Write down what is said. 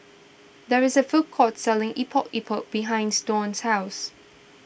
there is a food court selling Epok Epok behinds Dawn's house